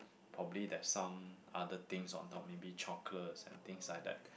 probably there's some other things on top maybe chocolates and things like that